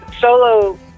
solo